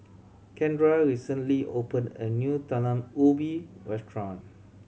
Kendra recently opened a new Talam Ubi restaurant